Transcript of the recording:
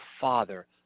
Father